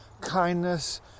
kindness